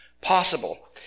possible